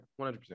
100